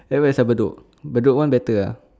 at where sia bedok bedok one better ah